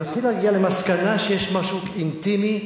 אני מתחיל להגיע למסקנה שיש משהו אינטימי,